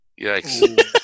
Yikes